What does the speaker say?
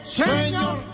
señor